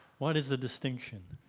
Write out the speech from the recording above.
what is the distinction?